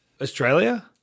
Australia